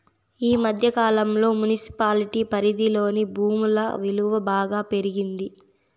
ఈ మధ్య కాలంలో మున్సిపాలిటీ పరిధిలోని భూముల విలువ బాగా పెరిగింది